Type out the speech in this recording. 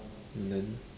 and then